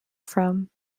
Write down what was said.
from